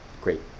Great